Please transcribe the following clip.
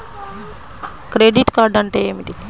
Credit card అంటే ఏమిటి?